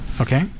Okay